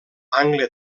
angle